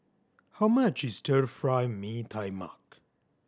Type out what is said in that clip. how much is Stir Fry Mee Tai Mak